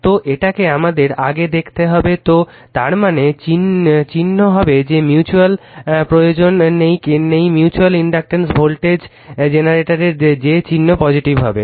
তো এটাকে আমাদের আগে দেখতে হবে তো তারমানে চিহ্ন হবে যে মিউচুয়াল প্রয়োজন নেই মিউচুয়াল ইন্ডাকট্যান্স ভোল্টেজ জেনারেটর যে চিহ্ন পজিটিভ হবে